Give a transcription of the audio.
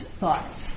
thoughts